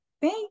Thank